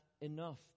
enough